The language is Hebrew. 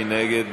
מי נגד?